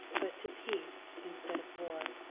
but to peace instead of war,